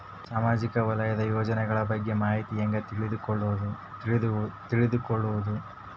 ಸಾಮಾಜಿಕ ವಲಯದ ಯೋಜನೆಗಳ ಬಗ್ಗೆ ಮಾಹಿತಿ ಹ್ಯಾಂಗ ತಿಳ್ಕೊಳ್ಳುದು?